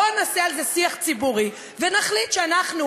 בוא נעשה על זה שיח ציבורי ונחליט שאנחנו